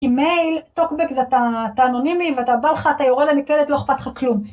מייל, טוקבק, אתה אנונימי ואתה בא לך, אתה יורה למקלדת לא אכפת לך כלום.